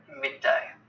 midday